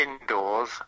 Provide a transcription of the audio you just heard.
indoors